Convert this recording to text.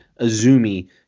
Azumi